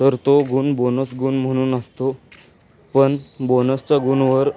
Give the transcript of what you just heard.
तर तो गुण बोनस गुण म्हणून असतो पण बोनसच्या गुणावर